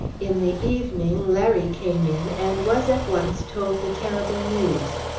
in the evening larry came in and was at once told the terrible news.